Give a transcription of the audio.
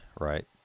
right